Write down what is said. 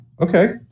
okay